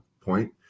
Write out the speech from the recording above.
point